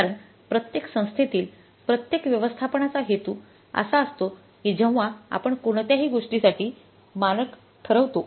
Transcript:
कारण प्रत्येक संस्थेतील प्रत्येक व्यवस्थापनाचा हेतू असा असतो की जेव्हा आपण कोणत्याही गोष्टीसाठी मानक ठरवतो